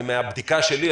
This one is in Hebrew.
ומהבדיקה שלי,